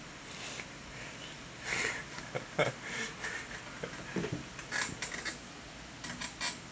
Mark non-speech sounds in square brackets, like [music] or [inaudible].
[laughs]